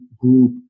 group